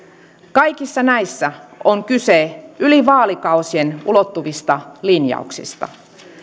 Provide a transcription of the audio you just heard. kaikissa näissä on kyse yli vaalikausien ulottuvista linjauksista